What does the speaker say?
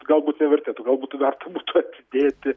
galbūt nevertėtų gal būtų verta būtų atidėti